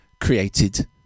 created